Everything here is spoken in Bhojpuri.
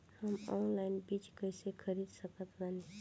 हम ऑनलाइन बीज कइसे खरीद सकत बानी?